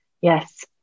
yes